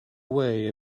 way